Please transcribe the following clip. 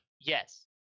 yes